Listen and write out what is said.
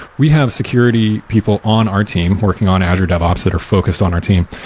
we have security people on our team working on azure devops that are focused on our team,